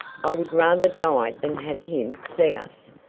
i would rather die than have him see us!